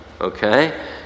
Okay